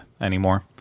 anymore